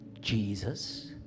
Jesus